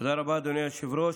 תודה רבה, אדוני היושב-ראש.